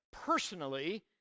personally